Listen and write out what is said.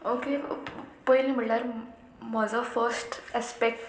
okay पयली म्हुळ्यार म्हजो फस्ट एस्पेक्ट